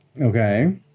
Okay